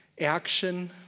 action